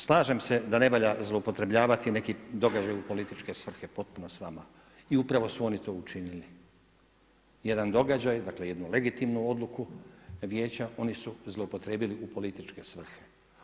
Slažem se da ne treba zloupotrebljavati neki događaj u političke svrhe potpuno s vama i upravo su to oni učinili, jedan događaj dakle jednu legitimnu odluku vijeća oni su zloupotrijebili u političke svrhe.